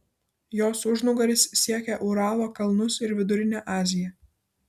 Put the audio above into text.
jos užnugaris siekia uralo kalnus ir vidurinę aziją